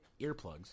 earplugs